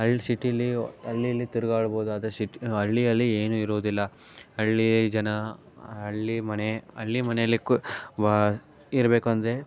ಅಲ್ಲಿ ಸಿಟಿಲಿ ಅಲ್ಲಿ ಇಲ್ಲಿ ತಿರುಗಾಡ್ಬೋದು ಆದರೆ ಸಿಟ್ಟು ಹಳ್ಳಿಯಲ್ಲಿ ಏನೂ ಇರೋದಿಲ್ಲ ಹಳ್ಳಿ ಜನ ಹಳ್ಳಿ ಮನೆ ಹಳ್ಳಿ ಮನೆಯಲ್ಲಿ ಕು ಇರಬೇಕು ಅಂದರೆ